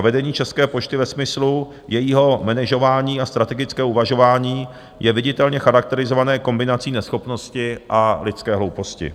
Vedení České pošty ve smyslu jejího manažování a strategického uvažování je viditelně charakterizované kombinací neschopnosti a lidské hlouposti.